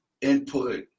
input